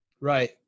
Right